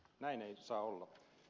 näin ei saa olla